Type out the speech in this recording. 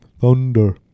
thunder